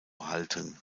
halten